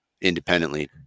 independently